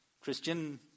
Christian